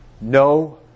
No